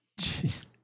Jeez